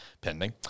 Pending